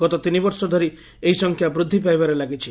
ଗତ ତିନି ବର୍ଷ ଧରି ଏହି ସଂଖ୍ୟା ବୃଦ୍ଧି ପାଇବାରେ ଲାଗିଛି